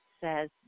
says